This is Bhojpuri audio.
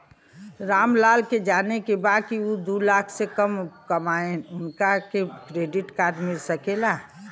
राम लाल के जाने के बा की ऊ दूलाख से कम कमायेन उनका के क्रेडिट कार्ड मिल सके ला?